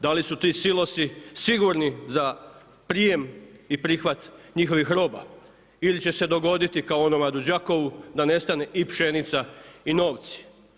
Da li su ti silosi sigurni za prijem i prihvat njihovih roba ili će se dogoditi kao onima u Đakovu da nestane i pšenica i novci.